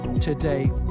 today